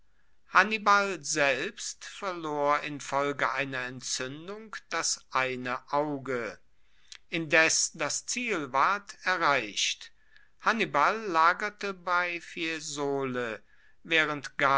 hannibal selbst verlor infolge einer entzuendung das eine auge indes das ziel ward erreicht hannibal lagerte bei fiesole waehrend